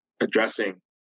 addressing